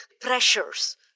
pressures